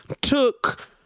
took –